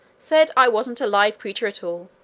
said i wasn't a live creature at all,